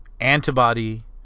antibody